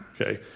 Okay